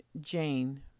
Jane